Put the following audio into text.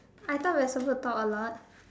I thought we're supposed to talk a lot